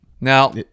Now